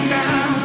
now